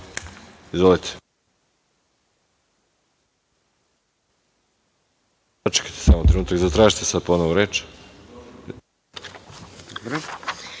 Izvolite.